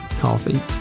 coffee